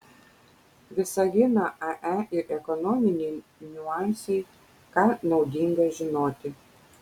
visagino ae ir ekonominiai niuansai ką naudinga žinoti